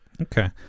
Okay